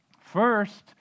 First